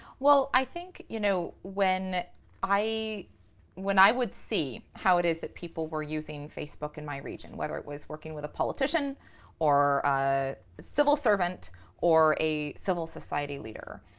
well, i think you know when i when i would see how it is that people were using facebook in my region, whether it was working with a politician or a civil servant or a civil society leader,